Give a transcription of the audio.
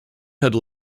had